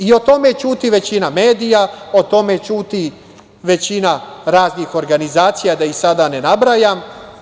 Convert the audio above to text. I o tome ćuti većina medija, o tome ćuti većina raznih organizacija, da ih sada ne nabrajam.